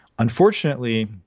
Unfortunately